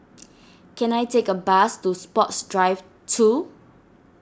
can I take a bus to Sports Drive two